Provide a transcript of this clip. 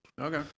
Okay